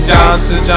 Johnson